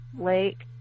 lake